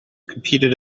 competed